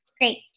Great